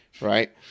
right